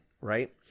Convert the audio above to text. right